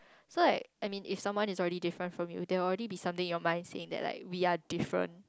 so like I mean if someone is already different from you there will already be something in your mind saying like we are different